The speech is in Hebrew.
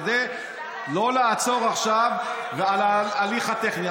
כדי שלא לעצור עכשיו על פרט טכני.